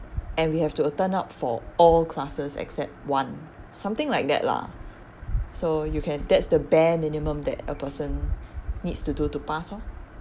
and we have to turn up for all classes except one something like that lah so you can that's the bare minimum that a person needs to do to pass orh